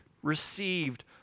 received